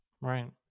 right